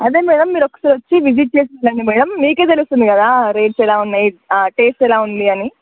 అదే మ్యాడమ్ మీరు ఒకసారి వచ్చి విజిట్ చేసి చూడండి మ్యాడమ్ మీకు తెలుస్తుంది కదా రేట్స్ ఎలా ఉన్నాయి టేస్ట్ ఎలా ఉంది అని